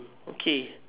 okay